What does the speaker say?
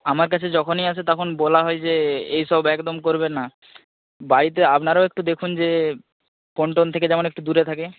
আমার কাছে যখনই আসে তখন বলা হয় যে এই সব একদম করবে না বাড়িতে আপনারাও একটু দেখুন যে ফোন টোন থেকে যেমন একটু দূরে থাকে